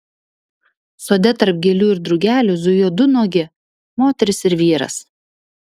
sode tarp gėlių ir drugelių zujo du nuogi moteris ir vyras